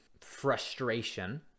frustration